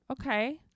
Okay